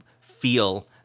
feel